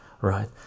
right